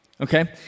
Okay